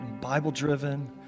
Bible-driven